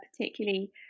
particularly